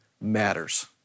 matters